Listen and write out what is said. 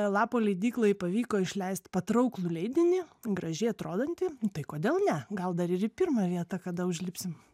lapo leidyklai pavyko išleisti patrauklų leidinį gražiai atrodantį tai kodėl ne gal dar ir į pirmą vietą kada užlipsim